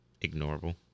ignorable